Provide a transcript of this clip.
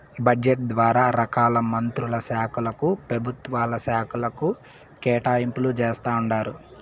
budget ద్వారా రకాల మంత్రుల శాలకు, పెభుత్వ శాకలకు కేటాయింపులు జేస్తండారు